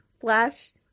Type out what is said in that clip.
flash